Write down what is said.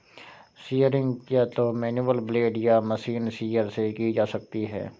shearing या तो manual blade या मशीन शीयर से की जा सकती है